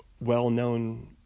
well-known